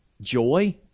joy